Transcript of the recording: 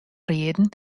rieden